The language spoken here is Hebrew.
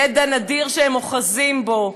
ידע נדיר שהם אוחזים בו,